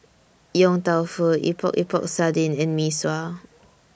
Yong Tau Foo Epok Epok Sardin and Mee Sua